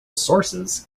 sources